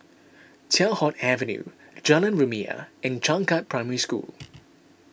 Teow Hock Avenue Jalan Rumia and Changkat Primary School